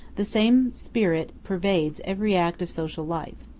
the same spirit pervades every act of social life.